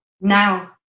now